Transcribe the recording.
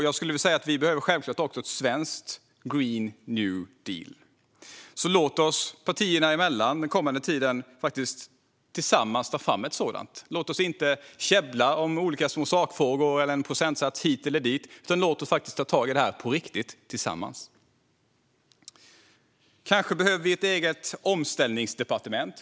Jag skulle säga att vi självklart också behöver en svensk Green New Deal. Låt oss partier tillsammans ta fram en sådan under den kommande tiden. Låt oss inte käbbla om små sakfrågor eller om en procentsats hit eller dit, utan låt oss ta tag i detta på riktigt - tillsammans. Kanske behöver vi ett omställningsdepartement.